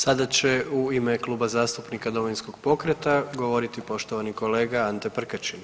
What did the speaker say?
Sada će u ime Kluba zastupnika Domovinskog pokreta govoriti poštovani kolega Ante Prkačin.